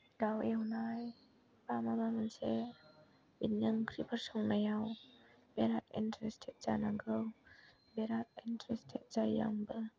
दाउ एवनाय मालाबा मोनसे बिदिनो ओंख्रिफोर संनायाव बेराद इनट्रेस्टेड जानांगौ बेराद इनट्रेस्टेड जायो आंबो